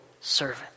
servant